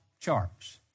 charts